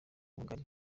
mugari